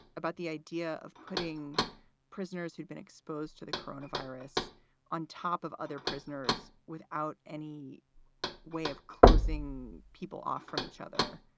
about the idea of putting prisoners who'd been exposed to the corona virus on top of other prisoners without any way of closing people off from each other,